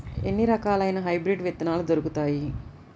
ఎన్ని రకాలయిన హైబ్రిడ్ విత్తనాలు దొరుకుతాయి?